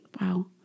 wow